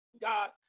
guys